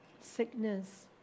sickness